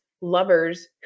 lovers